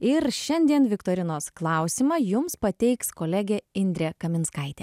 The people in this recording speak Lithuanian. ir šiandien viktorinos klausimą jums pateiks kolegė indrė kaminskaitė